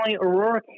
Aurora